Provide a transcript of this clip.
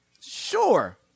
sure